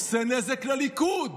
עושה נזק לליכוד?